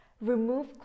Remove